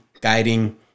guiding